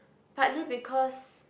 partly because